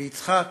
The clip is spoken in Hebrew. ויצחק